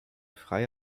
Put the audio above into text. freie